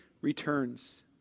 returns